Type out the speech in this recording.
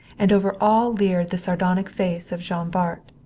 and over all leered the sardonic face of jean bart,